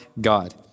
God